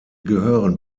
gehören